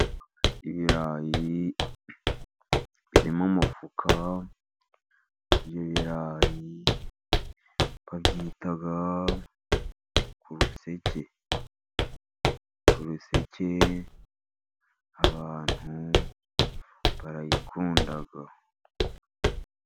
Ibirayi biri mu mufuka. Ibi birayi babyita kuruseke. Abantu barayikunda.